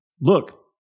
look